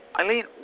Eileen